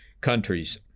countries